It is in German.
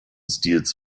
stils